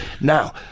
now